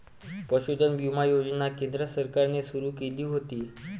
पशुधन विमा योजना केंद्र सरकारने सुरू केली होती